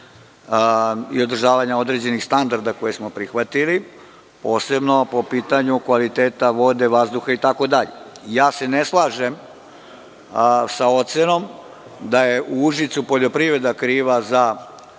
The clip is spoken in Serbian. i održavanja određenih standarda koje smo prihvatili, posebno po pitanju kvaliteta vode, vazduha itd. Ne slažem se sa ocenom da je u Užicu poljoprivreda kriva za zagađivanje